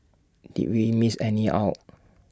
did we miss any out